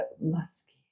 Musky